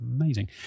Amazing